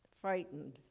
frightened